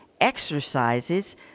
exercises